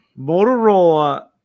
Motorola